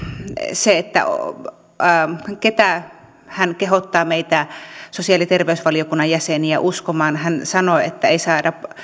se ketä hän kehottaa meitä sosiaali ja terveysvaliokunnan jäseniä uskomaan hän sanoi että ei saada